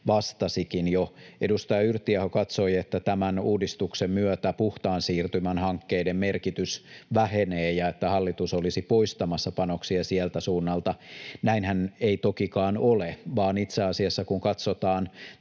vastasikin jo. Edustaja Yrttiaho katsoi, että tämän uudistuksen myötä puhtaan siirtymän hankkeiden merkitys vähenee ja että hallitus olisi poistamassa panoksia sieltä suunnalta. Näinhän ei tokikaan ole, vaan itse asiassa kun katsotaan